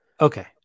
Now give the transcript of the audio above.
Okay